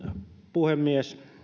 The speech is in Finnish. puhemies